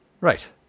Right